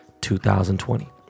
2020